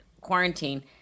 quarantine